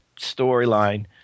storyline